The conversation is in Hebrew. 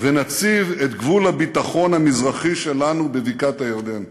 ונציב את גבול הביטחון המזרחי שלנו בבקעת-הירדן.